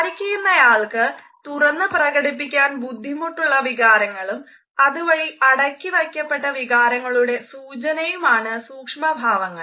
സംസാരിക്കുന്നയാൾക്ക് തുറന്ന് പ്രകടിപ്പിക്കാൻ ബുദ്ധിമുട്ടുള്ള വികാരങ്ങളും അതുവഴി അടക്കിവയ്ക്കപ്പെട്ട വികാരങ്ങളുടെ സൂചനയുമാണ് സൂക്ഷ്മ ഭാവങ്ങൾ